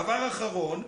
דבר אחרון,